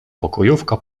pokojówka